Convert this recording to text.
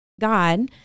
God